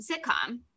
sitcom